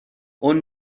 اون